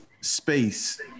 space